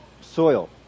soil